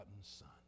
Son